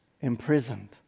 imprisoned